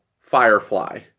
Firefly